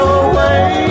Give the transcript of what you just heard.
away